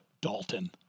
Dalton